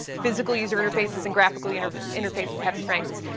physical user interfaces and graphical user interfaces have strengths.